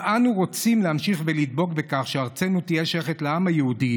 אם אנו רוצים להמשיך ולדבוק בכך שארצנו תהיה שייכת לעם היהודי,